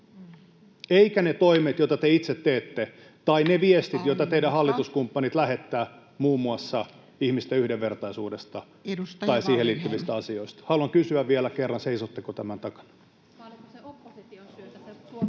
koputtaa] joita te itse teette, tai ne viestit, [Puhemies: Aika!] joita teidän hallituskumppanit lähettävät muun muassa ihmisten yhdenvertaisuudesta tai siihen liittyvistä asioista? Haluan kysyä vielä kerran, seisotteko tämän takana.